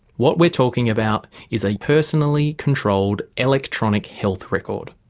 what we're talking about is a personally controlled electronic health record.